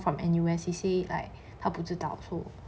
from N_U_S he say like 他不知道 so